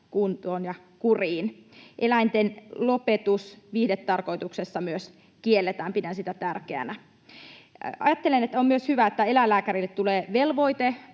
kuntoon ja kuriin. Eläinten lopetus viihdetarkoituksessa myös kielletään. Pidän sitä tärkeänä. Ajattelen, että on myös hyvä, että eläinlääkärille tulee velvoite